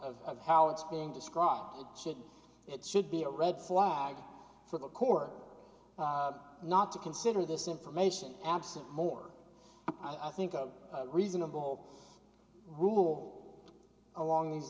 of how it's being described it should it should be a red flag for the court not to consider this information absent more i think of reasonable rule along these